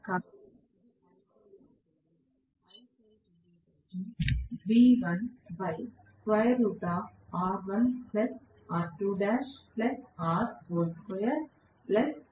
కాబట్టి ఇది I phase అవుతుంది